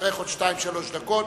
יצטרך עוד שתיים-שלוש דקות,